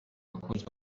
bakunzi